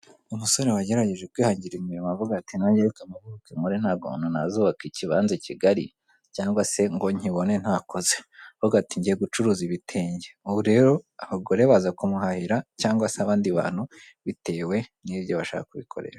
Umusore wagerageje kwihangira imirimo avuga ati: "Nange reka mpahuke nkore, ntakuntu nazubaka ikibanza Kigali cyangwa se ngo nkibone ntakoze." Aravuga ati: "Ngiye gucuruza ibitenge!" Ubu rero abagore baza kumuhahira, cyangwa se abandi bantu bitewe n'ibyo bashaka kubikoresha.